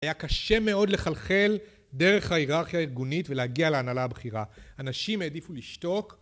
היה קשה מאוד לחלחל דרך ההיררכיה הארגונית ולהגיע להנהלה הבכירה, אנשים העדיפו לשתוק